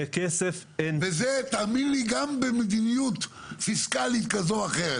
גם במדיניות פיסקלית כזו או אחרת.